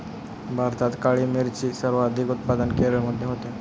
भारतात काळी मिरीचे सर्वाधिक उत्पादन केरळमध्ये होते